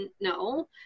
No